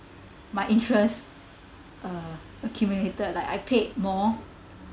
my interest uh accumulated like I paid more